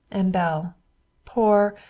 and belle poor,